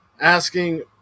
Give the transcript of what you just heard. asking